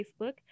Facebook